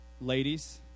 Ladies